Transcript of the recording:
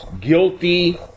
guilty